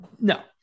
no